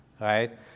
Right